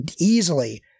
easily